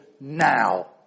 now